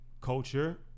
culture